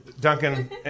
Duncan